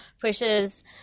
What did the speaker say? pushes